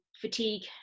fatigue